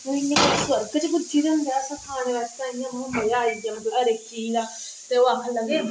इयां लगदा सुर्ग च पुज्जी दा होंदा बंदा खाने गी इयां मतलब मजा आई गेआ हर इक चीज दा ते ओह् आक्खन लगे